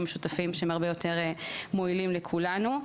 משותפים שהם הרבה יותר מועילים לכולנו.